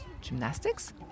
Gymnastics